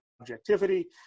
objectivity